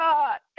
God